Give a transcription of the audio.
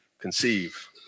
conceive